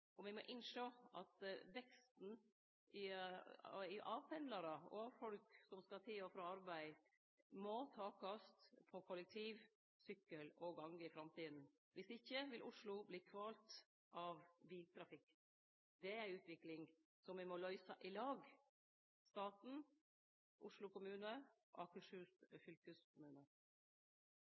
og me må innsjå at veksten i pendlarar, folk som skal til og frå arbeid, må takast på kollektiv, sykkel og gange i framtida. Viss ikkje vil Oslo verte kvelt av biltrafikk. Dette er ei utvikling me må løyse i lag – staten, Oslo kommune